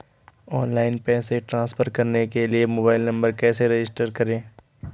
Online पैसे transfer करने के लिए मोबाइल नंबर कैसे रजिस्टर करें?